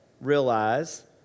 realize